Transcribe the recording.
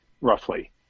roughly